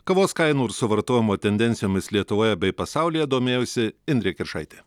kavos kainų ir suvartojimo tendencijomis lietuvoje bei pasaulyje domėjosi indrė kiršaitė